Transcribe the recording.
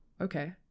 okay